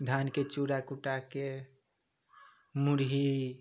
धानके चूड़ा कुटाके मुरही